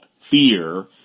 fear